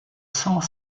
sans